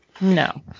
No